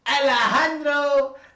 Alejandro